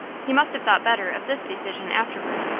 he must have thought better of this decision afterward,